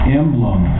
emblem